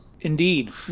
Indeed